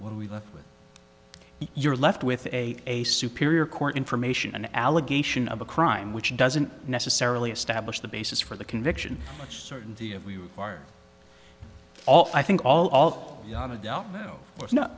when we left with you're left with a a superior court information an allegation of a crime which doesn't necessarily establish the basis for the conviction which certainty of we are all i think all ault no no